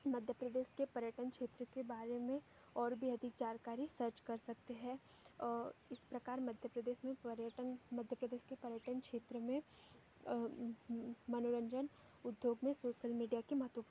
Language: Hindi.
मध्य प्रदेश के पर्यटन क्षेत्र के बारे में और भी अधिक जानकारी सर्च कर सकते हैं इस प्रकार मध्य प्रदेश में पर्यटन मध्य प्रदेश के पर्यटन क्षेत्र में मनोरंजन उद्योग में सोसल मीडिया की महत्वपूर्ण